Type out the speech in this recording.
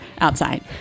outside